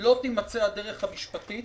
לא תימצא הדרך המשפטית